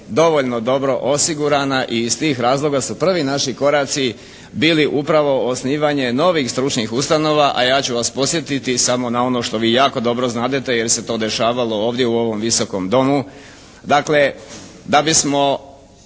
dovoljno dobro osigurana. I iz tih razloga su prvi naši koraci bili upravo osnivanje novih stručnih ustanova, a ja ću vas podsjetiti samo na ono što vi jako dobro znadete, jer se je to dešavalo ovdje u ovom Visokom domu. Dakle da bismo